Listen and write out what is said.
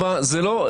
הילידים.